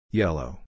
yellow